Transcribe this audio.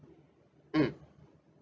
mm